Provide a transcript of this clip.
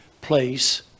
place